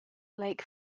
lake